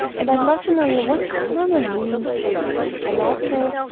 and i'd love to know yeah what karma means for you and also,